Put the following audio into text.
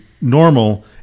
normal